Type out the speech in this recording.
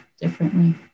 differently